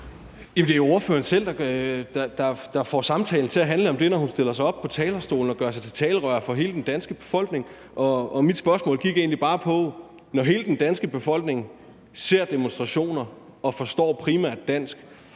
Det er jo ordføreren selv, der får samtalen til at handle om det, når hun stiller sig op på talerstolen og gør sig til talerør for hele den danske befolkning. Mit spørgsmål gik egentlig bare på, at når hele den danske befolkning ser demonstrationer, primært forstår dansk